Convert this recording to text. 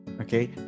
okay